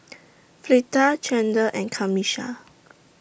Fleeta Chandler and Camisha